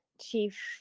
chief